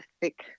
thick